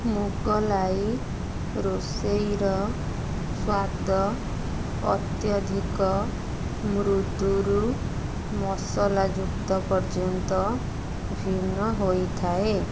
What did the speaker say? ମୁଗଲାଇ ରୋଷେଇର ସ୍ୱାଦ ଅତ୍ୟଧିକ ମୃଦୁରୁ ମସଲାଯୁକ୍ତ ପର୍ଯ୍ୟନ୍ତ ଭିନ୍ନ ହୋଇଥାଏ